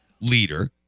leader